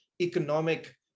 economic